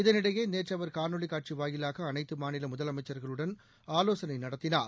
இதனிடையே நேற்று அவர் காணொலி காட்சி வாயிலாக அனைத்து மாநில முதலமைச்சர்களுடனும் அவர் ஆலோசனை நடத்தினார்